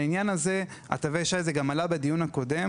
לעניין תווי השי, וזה גם עלה בדיון הקודם